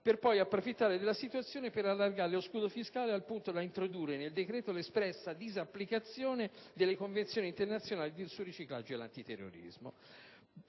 è poi approfittato della situazione per allargare lo scudo fiscale al punto da introdurre nel decreto l'espressa disapplicazione delle convenzioni internazionali sul riciclaggio e l'antiterrorismo.